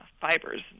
fibers